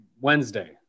Wednesday